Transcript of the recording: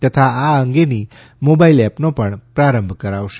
તથા આ અંગેની મોબાઇલ એપનો પ્રારંભ કરાવશે